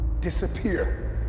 Disappear